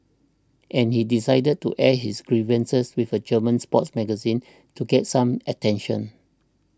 and he decided to air his grievances with a German sports magazine to gets some attention